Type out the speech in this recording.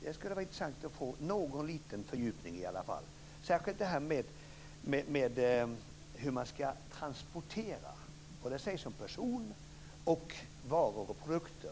Det skulle vara intressant att få någon liten fördjupning i alla fall, särskilt när det gäller det här med hur man ska transportera både sig själv som person och varor och produkter.